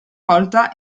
volta